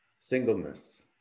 singleness